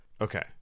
Okay